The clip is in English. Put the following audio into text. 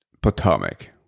Potomac